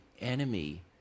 enemy